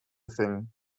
thing